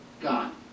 God